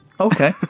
Okay